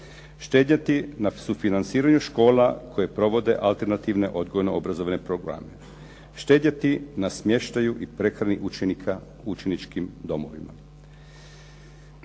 štedjeti na sufinanciranju škola koje provode alternativne odgojno obrazovne programe, štedjeti na smještaju i prehrani učenika u učeničkim domovima.